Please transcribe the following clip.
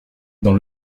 dans